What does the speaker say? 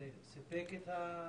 זה סיפק את החסר?